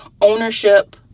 ownership